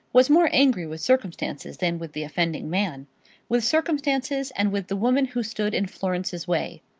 was more angry with circumstances than with the offending man with circumstances and with the woman who stood in florence's way.